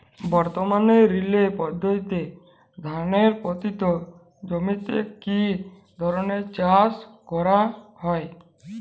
বর্তমানে রিলে পদ্ধতিতে ধানের পতিত জমিতে কী ধরনের চাষ করা হয়?